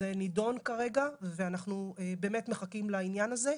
זה נידון כרגע ואנחנו באמת מחכים לעניין הזה.